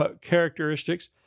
characteristics